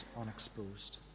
unexposed